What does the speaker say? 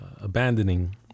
abandoning